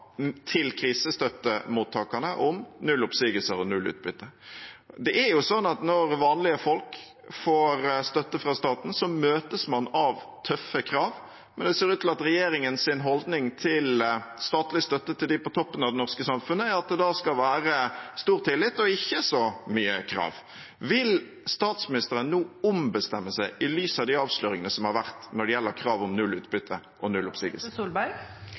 til krisestøttemottakerne om null oppsigelser og null utbytte. Det er jo sånn at når vanlige folk får støtte fra staten, møtes man av tøffe krav, men det ser ut til at regjeringens holdning til statlig støtte til dem på toppen av det norske samfunnet er at det da skal være stor tillit og ikke så mye krav. Vil statsministeren nå ombestemme seg i lys av de avsløringene som har vært, når det gjelder krav om null utbytte og null